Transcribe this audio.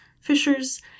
fishers